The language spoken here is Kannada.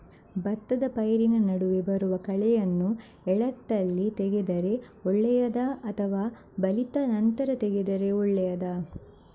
ಭತ್ತದ ಪೈರಿನ ನಡುವೆ ಬರುವ ಕಳೆಯನ್ನು ಎಳತ್ತಲ್ಲಿ ತೆಗೆದರೆ ಒಳ್ಳೆಯದಾ ಅಥವಾ ಬಲಿತ ನಂತರ ತೆಗೆದರೆ ಒಳ್ಳೆಯದಾ?